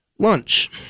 lunch